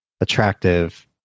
attractive